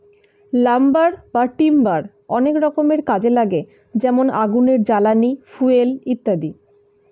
lumber বা timber অনেক রকমের কাজে লাগে যেমন আগুনের জ্বালানি, ফুয়েল ইত্যাদি